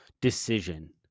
decision